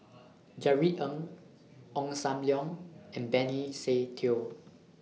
Jerry Ng Ong SAM Leong and Benny Se Teo